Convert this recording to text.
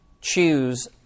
choose